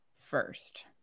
first